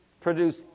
produce